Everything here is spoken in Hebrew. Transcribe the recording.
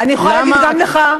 אני יכולה להגיד גם לך.